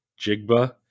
Jigba